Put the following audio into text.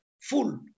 full